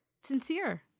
sincere